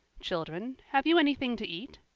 children, have you anything to eat?